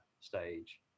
stage